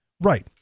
Right